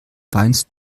weinst